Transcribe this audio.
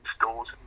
stores